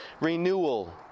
renewal